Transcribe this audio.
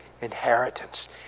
inheritance